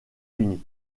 unis